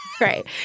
Right